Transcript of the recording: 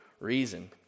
reason